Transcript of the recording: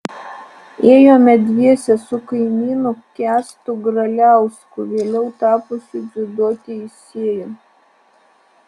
ėjome dviese su kaimynu kęstu graliausku vėliau tapusiu dziudo teisėju